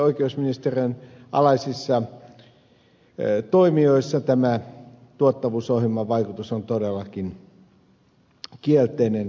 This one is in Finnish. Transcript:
oikeusministeriön alaisissa toimijoissa tämä tuottavuusohjelman vaikutus on todellakin kielteinen